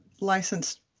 licensed